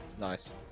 Nice